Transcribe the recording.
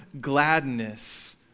gladness